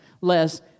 less